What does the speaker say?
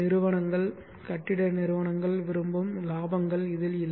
நிறுவனங்கள் கட்டிட நிறுவனங்கள் விரும்பும் இலாபங்கள் இதில் இல்லை